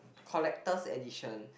collector's edition